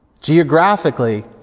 Geographically